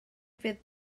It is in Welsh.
fydd